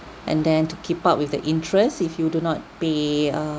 and then to keep up with the interest if you do not pay err